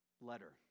letter